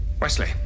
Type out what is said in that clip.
Wesley